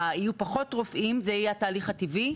יהיו פחות רופאים וזה יהיה התהליך הטבעי